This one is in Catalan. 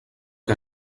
que